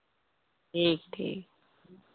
ठीक ठीक